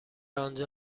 آنجا